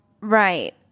right